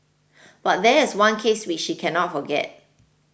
but there is one case which she cannot forget